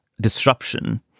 disruption